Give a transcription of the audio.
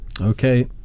Okay